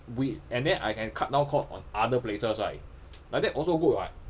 we and then I can cut down cost on other places right like that also good [what]